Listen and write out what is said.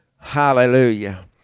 Hallelujah